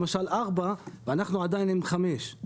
למשל, ציון 4, ואנחנו עדיין עם 5,